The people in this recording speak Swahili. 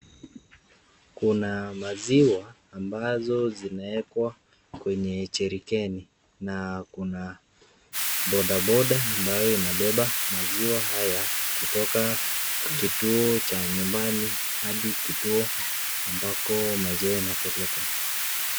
Kuna maziwa ambazo zinaekwa kwenye jerikeni na kuna bodaboda ambayo inabeba maziwa haya kutoka kituo cha nyumbani hadi kituo ambako maziwa inapelekwa.